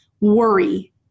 worry